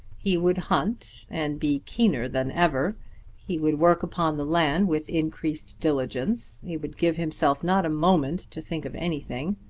he would hunt, and be keener than ever he would work upon the land with increased diligence he would give himself not a moment to think of anything.